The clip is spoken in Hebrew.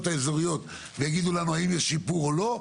האזוריות ויגידו לנו האם יש שיפור או לא.